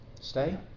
Stay